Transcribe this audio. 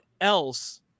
else